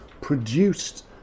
produced